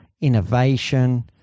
innovation